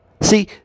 See